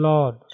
Lord